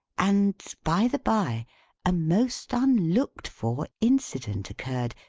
and, by-the-by, a most unlooked-for incident occurred,